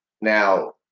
now